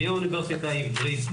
מהאוניברסיטה העברית,